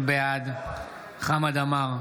בעד חמד עמאר,